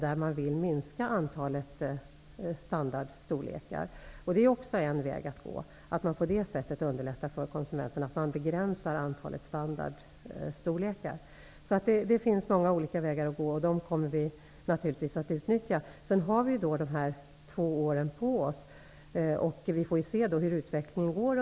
Man vill minska antalet standardstorlekar. Och det är också en väg att gå, att genom ett begränsat antal standardstorlekar underlätta för konsumenterna. Det finns många olika vägar att gå, och det kommer vi naturligtvis att utnyttja. Sedan har vi två år på oss, och under den tiden får vi se hur utvecklingen går.